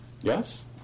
Yes